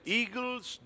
eagles